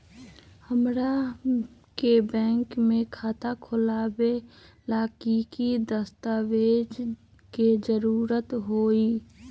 हमरा के बैंक में खाता खोलबाबे ला की की दस्तावेज के जरूरत होतई?